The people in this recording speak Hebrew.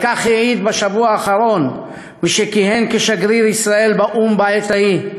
על כך העיד בשבוע האחרון מי שכיהן כשגריר ישראל באו"ם בעת ההיא,